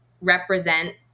represent